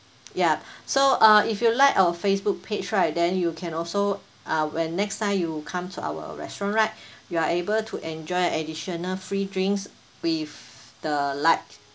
yup so uh if you like our Facebook page right then you can also uh when next time you come to our restaurant right you are able to enjoy additional free drinks with the like